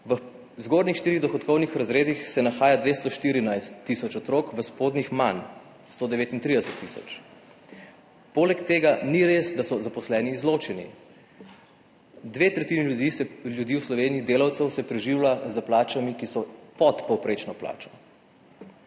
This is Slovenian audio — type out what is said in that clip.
v zgornjih štirih dohodkovnih razredih nahaja 214 tisoč otrok, v spodnjih manj, 139 tisoč. Poleg tega ni res, da so zaposleni izločeni. Dve tretjini delavcev v Sloveniji se preživlja s plačami, ki so pod povprečno plačo.